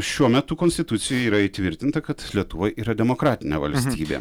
šiuo metu konstitucijoje yra įtvirtinta kad lietuva yra demokratinė valstybė taip